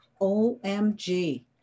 OMG